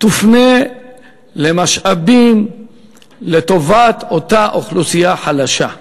יופנה למשאבים לטובת אותה אוכלוסייה חלשה,